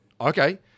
Okay